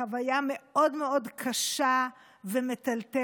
חוויה מאוד מאוד קשה ומטלטלת.